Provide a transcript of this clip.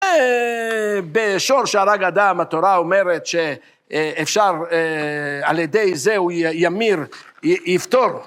בשור שהרג אדם התורה אומרת שאפשר על ידי זה הוא ימיר, יפתור